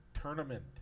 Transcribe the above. tournament